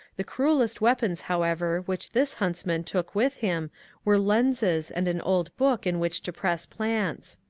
the cruellest weapons, however, which this huntsman took with him were lenses and an old book in which to press plants.